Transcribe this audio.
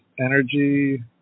energy